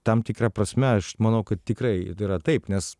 tam tikra prasme aš manau kad tikrai yra taip nes